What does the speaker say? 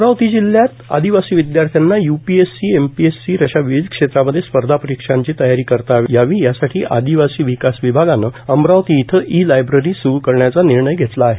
अमरावती जिल्ह्यात आदिवासी विदयार्थ्यांना य्पीएससी एमपीएससी रेल्वे बँक अशा विविध क्षेत्रामध्ये स्पर्धा परीक्षांची तयारी करता यावी यासाठी आदिवासी विकास विभागानं अमरावती इथं ई लायब्ररी करण्याचा निर्णय घेतला आहे